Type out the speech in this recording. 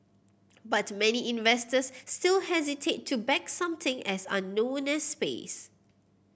but many investors still hesitate to back something as unknown as space